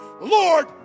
Lord